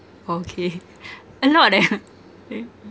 okay a lot eh K